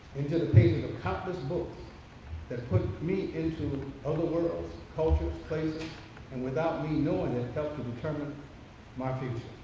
into the pavement of countless of books that put me into other worlds, cultures, places and without me you know and and helped to determine my future.